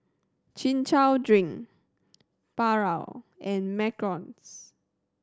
Chin Chow drink Paru and Macarons